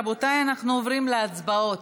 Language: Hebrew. רבותיי, אנחנו עוברים להצבעות.